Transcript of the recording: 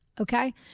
okay